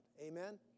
Amen